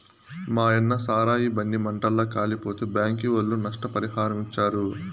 మాయన్న సారాయి బండి మంటల్ల కాలిపోతే బ్యాంకీ ఒళ్ళు నష్టపరిహారమిచ్చారు